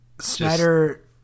Snyder